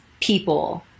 people